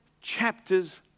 chapters